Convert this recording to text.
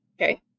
okay